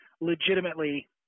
legitimately